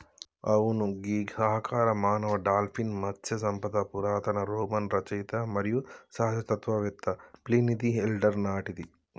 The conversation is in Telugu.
అవును గీ సహకార మానవ డాల్ఫిన్ మత్స్య సంపద పురాతన రోమన్ రచయిత మరియు సహజ తత్వవేత్త ప్లీనీది ఎల్డర్ నాటిది